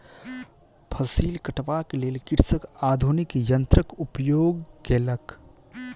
फसिल कटबाक लेल कृषक आधुनिक यन्त्रक उपयोग केलक